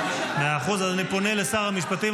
אז אני פונה לשר המשפטים.